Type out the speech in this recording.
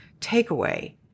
takeaway